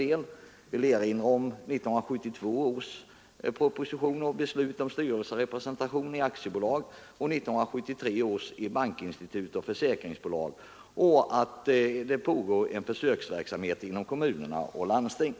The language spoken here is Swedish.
Jag vill nämna 1972 års proposition och beslut om styrelserepresentation i aktiebolag och 1973 års proposition och beslut om bankinstitut och försäkringsbolag, samt att det pågår en försöksverksamhet inom kommuner och landsting.